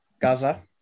Gaza